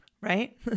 right